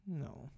No